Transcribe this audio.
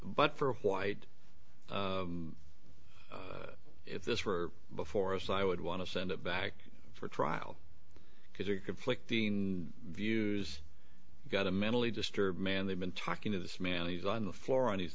but for a white if this were before us i would want to send it back for trial because it conflicting views got a mentally disturbed man they've been talking to this man he's on the floor on his